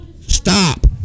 Stop